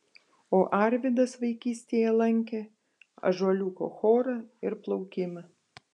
o arvydas vaikystėje lankė ąžuoliuko chorą ir plaukimą